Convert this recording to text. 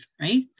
right